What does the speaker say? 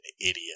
idiot